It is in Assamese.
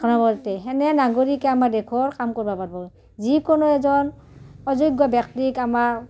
সেনে নাগৰিকে আমাৰ দেশৰ কাম কৰব' পাৰব' যিকোনো এজন অযোগ্য ব্যক্তিক আমাৰ